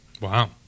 Wow